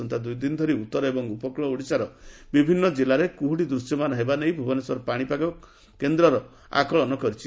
ଆସନ୍ତା ଦୁଇଦିନ ଧରି ଉତ୍ତର ଏବଂ ଉପକୃଳ ଓଡ଼ିଶାର ବିଭିନୃ କିଲ୍ଲାରେ କୁହୁଡ଼ି ଦୃଶ୍ୟମାନ ହେବା ନେଇ ଭୁବନେଶ୍ୱର ପାଣିପାଗ କେନ୍ଦ ଆକଳନ କରିଛି